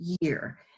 year